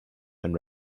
and